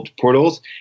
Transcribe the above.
portals